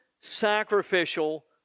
sacrificial